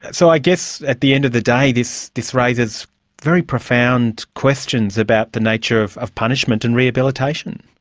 so i guess at the end of the day this this raises very profound questions about the nature of of punishment and rehabilitation.